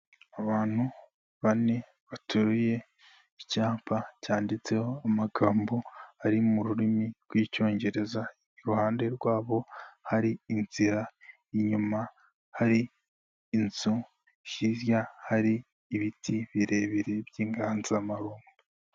Abantu bane baturuye icyapa cyanditseho amagambo ari mu rurimi rw'Icyongereza, iruhande rwabo hari inzira, inyuma hari inzu, hirya hari ibiti birebire by'inganzamarumbo.